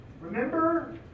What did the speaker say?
Remember